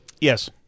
yes